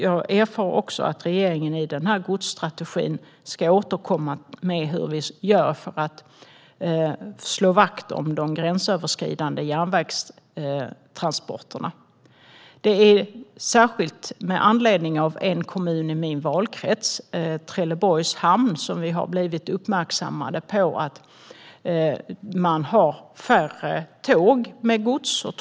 Jag erfar också att regeringen i godsstrategin ska återkomma om hur vi ska slå vakt om de gränsöverskridande järnvägstransporterna. Vi har, särskilt med anledning av en kommun i min valkrets, Trelleborg, blivit uppmärksammade på att färre tåg med gods passerar via Trelleborgs hamn.